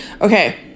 Okay